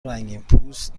رنگینپوست